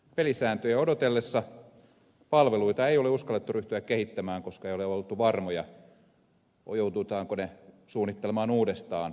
pelisääntöjä odotellessa palveluita ei ole uskallettu ryhtyä kehittämään koska ei ole oltu varmoja joudutaanko ne suunnittelemaan uudestaan tulevaisuudessa